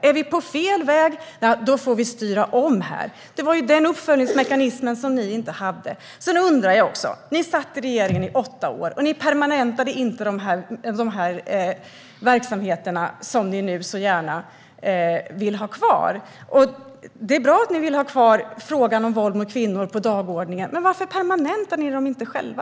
Är vi på fel väg får vi styra om. Denna uppföljningsmekanism hade ni inte. Ni satt i regeringsställning i åtta år och permanentade inte de verksamheter som ni nu gärna vill ha kvar. Det är bra att ni vill ha kvar frågan om våld mot kvinnor på dagordningen. Men varför permanentade ni dem inte själva?